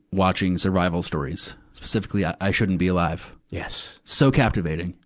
watching survival stories. specifically i shouldn't be alive. yes! so captivating.